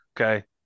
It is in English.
Okay